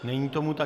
Není tomu tak.